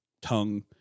tongue